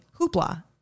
hoopla